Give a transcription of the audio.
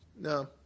No